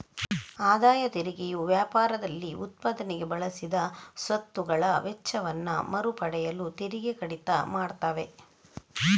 ಆದಾಯ ತೆರಿಗೆಯು ವ್ಯಾಪಾರದಲ್ಲಿ ಉತ್ಪಾದನೆಗೆ ಬಳಸಿದ ಸ್ವತ್ತುಗಳ ವೆಚ್ಚವನ್ನ ಮರು ಪಡೆಯಲು ತೆರಿಗೆ ಕಡಿತ ಮಾಡ್ತವೆ